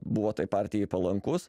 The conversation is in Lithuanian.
buvo tai partijai palankus